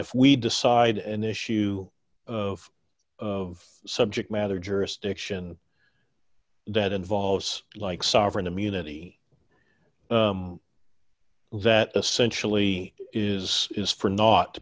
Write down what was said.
if we decide an issue of of subject matter jurisdiction that involves like sovereign immunity that essentially is is for naught